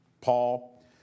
Paul